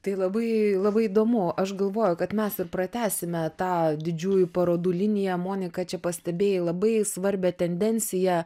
tai labai labai įdomu aš galvoju kad mes ir pratęsime tą didžiųjų parodų liniją monika čia pastebėjai labai svarbią tendenciją